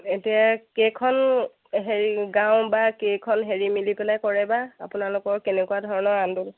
এতিয়া কেইখন হেৰি গাঁও বা কেইখন হেৰি মিলি পেলাই কৰে বা আপোনালোকৰ কেনেকুৱা ধৰণৰ আন্দোলন